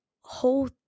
whole